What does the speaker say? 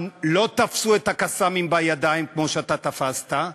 לא תפסו את ה"קסאמים" בידיים כמו שאתה תפסת,